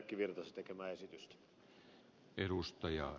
erkki virtasen tekemää esitystä